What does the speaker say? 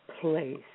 place